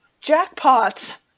jackpot